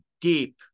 deep